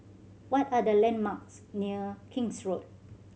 what are the landmarks near King's Road